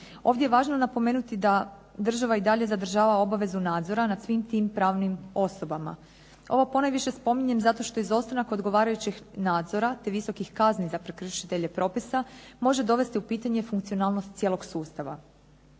Ovdje je važno napomenuti da država i dalje zadržava obavezu nadzora nad svim tim pravnim osobama. Ovo ponajviše spominjem zašto što izostanak odgovarajućeg nadzora, te visokih kazni za prekršitelje propisa može dovesti u pitanje funkcionalnost cijelog sustava.